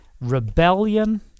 rebellion